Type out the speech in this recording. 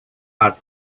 are